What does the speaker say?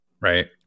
right